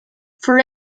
for